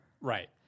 Right